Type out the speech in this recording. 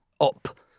up